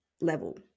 level